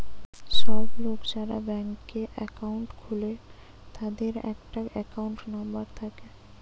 সব লোক যারা ব্যাংকে একাউন্ট খুলে তাদের একটা একাউন্ট নাম্বার থাকে